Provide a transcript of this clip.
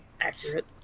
accurate